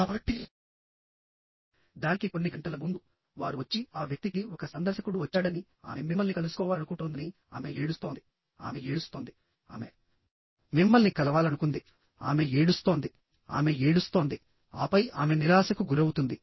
కాబట్టిదానికి కొన్ని గంటల ముందు వారు వచ్చి ఆ వ్యక్తికి ఒక సందర్శకుడు వచ్చాడనిఆమె మిమ్మల్ని కలుసుకోవాలనుకుంటోందని ఆమె ఏడుస్తోంది ఆమె ఏడుస్తోంది ఆమె మిమ్మల్ని కలవాలనుకుందిఆమె ఏడుస్తోందిఆమె ఏడుస్తోందిఆపై ఆమె నిరాశకు గురవుతుంది